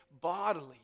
bodily